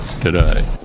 today